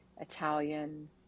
Italian